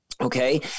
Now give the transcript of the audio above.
Okay